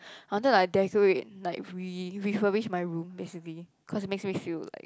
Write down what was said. I wanted like decorate like re re furnish my room basically cause it makes me feel like